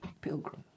pilgrims